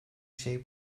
şey